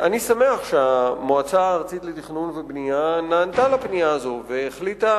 אני שמח שהמועצה הארצית לתכנון ובנייה נענתה לפנייה הזאת והחליטה